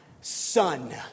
son